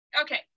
Okay